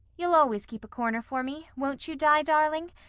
you'll always keep a corner for me, won't you, di darling?